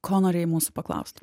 ko norėjai mūsų paklaust